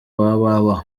www